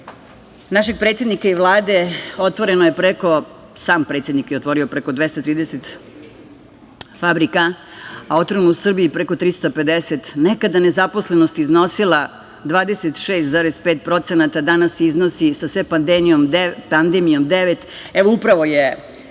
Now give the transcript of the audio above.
našeg predsednika i Vlade. Otvoreno je preko, sam predsednik je otvorio preko 230 fabrika, a otvoreno u Srbiji preko 350. Nekada je nezaposlenost iznosila 26,5%, danas iznosi, sa sve pandemijom, 9%.